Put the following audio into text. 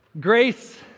Grace